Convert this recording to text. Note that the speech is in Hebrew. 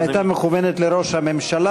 היא הייתה מכוונת לראש הממשלה,